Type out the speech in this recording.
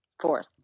Fourth